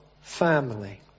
family